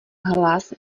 hlas